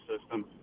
system